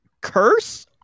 curse